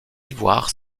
ivoire